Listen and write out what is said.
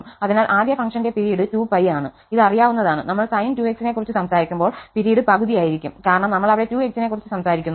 അതിനാൽ ആദ്യ ഫംഗ്ഷന്റെ പിരീഡ് 2π ആണ് ഇത് അറിയാവുന്നതാണ് നമ്മൾ sin 2x നെ കുറിച് സംസാരിക്കുമ്പോൾപിരീഡ് പകുതിയായിരിക്കും കാരണം നമ്മൾ അവിടെ 2x നെക്കുറിച്ച് സംസാരിക്കുന്നു